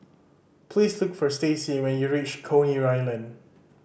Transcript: please look for Stacie when you reach Coney Island